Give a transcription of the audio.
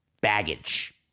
baggage